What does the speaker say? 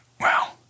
Wow